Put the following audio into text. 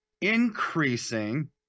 increasing